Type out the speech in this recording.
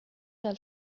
del